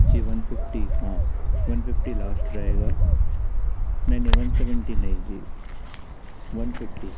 जी one fifty हाँ one fifty last रहेगा नहीं नहीं वन सेवेंटी नहीं जी वन फिफ्टी